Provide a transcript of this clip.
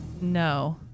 No